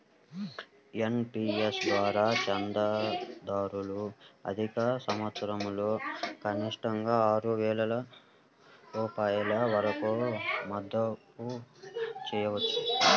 NPS ద్వారా చందాదారులు ఆర్థిక సంవత్సరంలో కనిష్టంగా ఆరు వేల రూపాయల వరకు మదుపు చేయవచ్చు